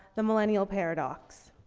the millennial paradox.